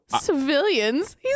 civilians